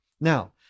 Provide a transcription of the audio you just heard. Now